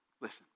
Listen